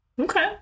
Okay